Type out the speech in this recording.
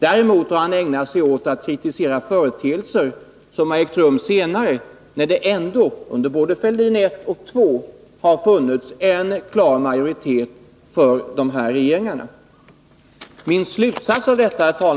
Däremot har han ägnat sig åt att kritisera sådant som ägt rum senare, när det ändå, under Fälldin I och II, har funnits en klar majoritet för de här regeringarna.